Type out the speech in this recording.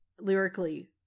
lyrically